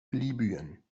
libyen